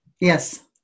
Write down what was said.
Yes